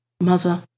mother